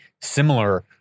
similar